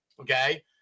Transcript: okay